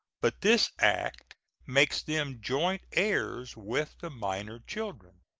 but this act makes them joint heirs with the minor children.